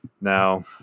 Now